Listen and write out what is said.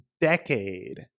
decade